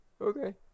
Okay